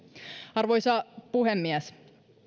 arvoisa puhemies